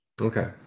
okay